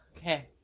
Okay